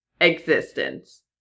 existence